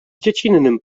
dziecinnym